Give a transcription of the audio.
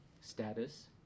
Status